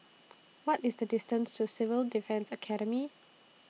What IS The distance to Civil Defence Academy